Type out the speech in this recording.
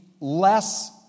less